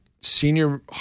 senior